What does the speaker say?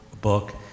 book